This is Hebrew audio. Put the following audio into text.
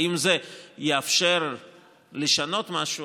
האם זה יאפשר לשנות משהו?